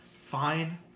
Fine